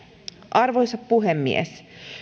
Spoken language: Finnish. arvoisa puhemies